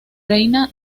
reina